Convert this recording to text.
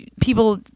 people